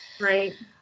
right